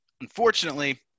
unfortunately